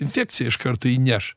infekciją iš karto įneš